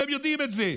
והם יודעים את זה,